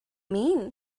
mean